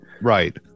right